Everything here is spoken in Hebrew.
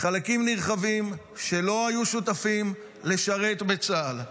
חלקים נרחבים שלא היו שותפים לשרת בצה"ל.